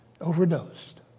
overdosed